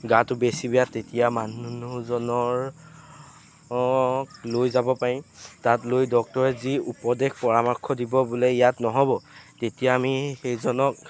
গাটো বেছি বেয়া তেতিয়া মানুহজনৰ অক লৈ যাব পাৰিম তাত লৈ ডক্তৰে যি উপদেশ পৰামৰ্শ দিব বোলে ইয়াত নহ'ব তেতিয়া আমি সেইজনক